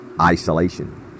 isolation